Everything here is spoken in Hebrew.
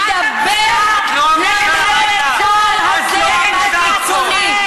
מדבר, למרות כל הזרם הקיצוני.